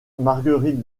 marguerite